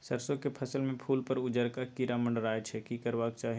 सरसो के फसल में फूल पर उजरका कीरा मंडराय छै की करबाक चाही?